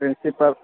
principal